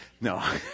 No